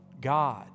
God